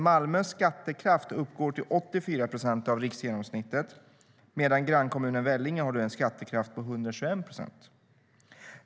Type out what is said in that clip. Malmös skattekraft uppgår till 84 procent av riksgenomsnittet medan grannkommunen Vellinge har en skattekraft på 121 procent.